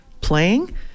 playing